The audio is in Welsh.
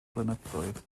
blynyddoedd